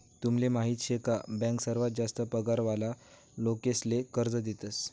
तुमले माहीत शे का बँक सर्वात जास्ती पगार वाला लोकेसले कर्ज देतस